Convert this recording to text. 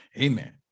Amen